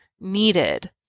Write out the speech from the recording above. needed